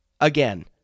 Again